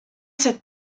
cette